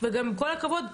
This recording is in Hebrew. ועם כל הכבוד,